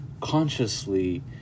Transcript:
consciously